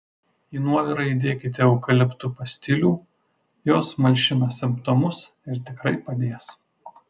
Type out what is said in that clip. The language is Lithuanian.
į nuovirą įdėkite eukaliptu pastilių jos malšina simptomus ir tikrai padės